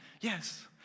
Yes